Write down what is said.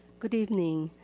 good evening.